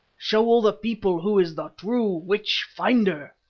show all the people who is the true witch finder!